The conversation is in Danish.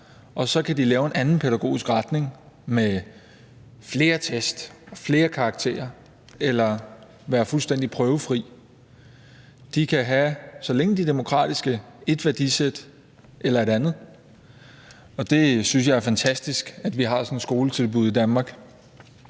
og så kan de lave en anden pædagogisk retning med flere test og flere karakterer eller være fuldstændig prøvefri. Så længe de er demokratiske, kan de have ét værdisæt – eller et andet. Jeg synes, det er fantastisk, at vi har sådan et skoletilbud i Danmark.